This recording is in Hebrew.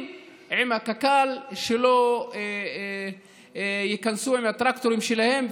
עם קק"ל שלא ייכנסו עם הטרקטורים שלהם,